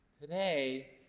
Today